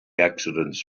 accidents